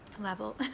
level